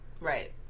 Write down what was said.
right